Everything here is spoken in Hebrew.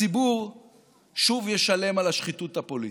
הציבור שוב ישלם על השחיתות הפוליטית.